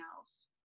else